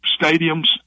stadiums